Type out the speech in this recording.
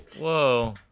whoa